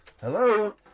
Hello